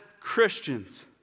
Christians